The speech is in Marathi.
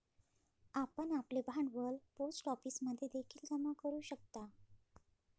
आपण आपले भांडवल पोस्ट ऑफिसमध्ये देखील जमा करू शकता